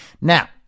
Now